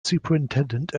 superintendent